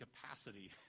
capacity